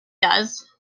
does